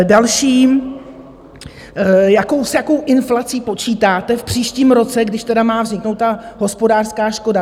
Další, s jakou inflací počítáte v příštím roce, když tedy má vzniknout ta hospodářská škoda?